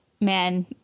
man